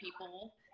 people